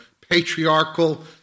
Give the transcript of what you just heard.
patriarchal